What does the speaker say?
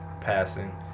passing